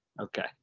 Okay